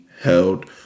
held